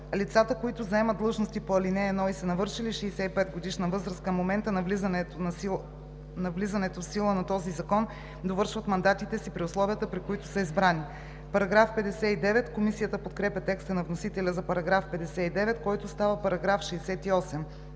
Лицата, които заемат длъжности по ал. 1 и са навършили 65-годишна възраст към момента на влизането в сила на този закон, довършват мандатите си при условията, при които са избрани.“ Комисията подкрепя текста на вносителя за § 59, който става § 68.